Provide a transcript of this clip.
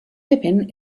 pippin